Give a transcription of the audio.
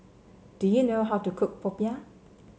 do you know how to cook Popiah